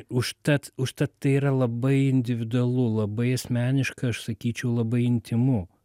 užtat užtat tai yra labai individualu labai asmeniškai aš sakyčiau labai intymu